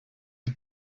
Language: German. die